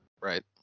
Right